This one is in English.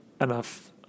enough